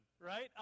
right